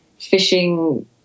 fishing